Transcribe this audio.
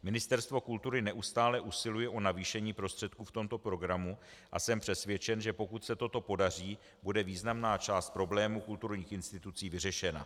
Ministerstvo kultury neustále usiluje o navýšení prostředků v tomto programu a jsem přesvědčen, že pokud se toto podaří, bude významná část problému kulturních institucí vyřešena.